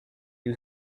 new